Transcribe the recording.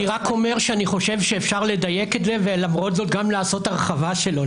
אני רק אומר שאפשר לדייק את זה ולמרות זאת גם לעשות הרחבה שלו.